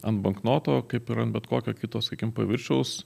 ant banknoto kaip ir ant bet kokio kito sakykim paviršiaus